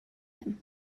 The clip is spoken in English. him